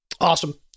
awesome